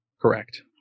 Correct